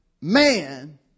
man